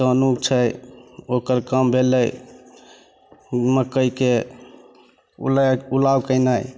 कानू छै ओकर काम भेलय मकइके उलाय उलाउ केनाइ